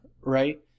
right